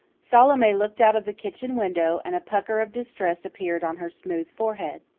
salome looked out of the kitchen window, and a pucker of distress appeared on her smooth forehead.